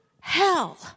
hell